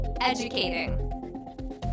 Educating